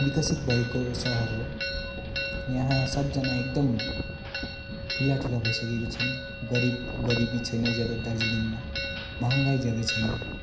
विकसित भएको सहर हो यहाँ सबजना एकदम ठुला ठुला भइसकेको छन् गरिब गरिबी छैन ज्यादा दार्जिलिङमा महँगाइ ज्यादा छैन